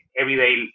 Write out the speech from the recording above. everyday